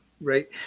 right